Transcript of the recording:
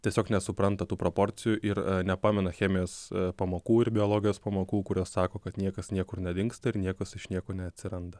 tiesiog nesupranta tų proporcijų ir nepamena chemijos pamokų ir biologijos pamokų kurios sako kad niekas niekur nedingsta ir niekas iš nieko neatsiranda